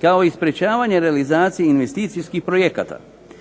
kao i sprečavanje realizacije investicijskih projekata.